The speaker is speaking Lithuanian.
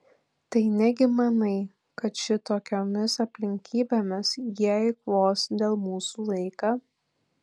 tai negi manai kad šitokiomis aplinkybėmis jie eikvos dėl mūsų laiką